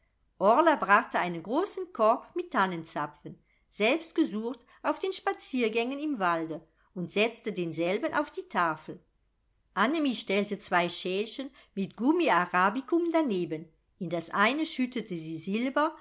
brachte einen großen korb mit tannenzapfen selbst gesucht auf den spaziergängen im walde und setzte denselben auf die tafel annemie stellte zwei schälchen mit gummiarabikum daneben in das eine schüttete sie silber